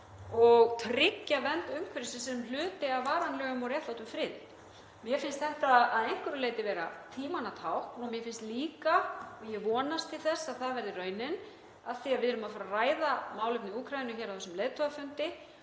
og tryggja vernd umhverfisins sem hluta af varanlegum og réttlátum friði. Mér finnst þetta að einhverju leyti vera tímanna tákn. Mér finnst líka, og ég vonast til þess að það verði raunin af því að við erum að fara að ræða málefni Úkraínu hér á þessum leiðtogafundi,